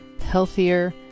healthier